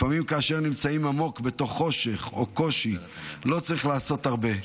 לפעמים כאשר נמצאים עמוק בתוך חושך או קושי לא צריך לעשות הרבה,